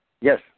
Yes